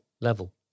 level